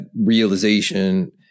realization